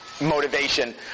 Motivation